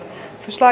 asia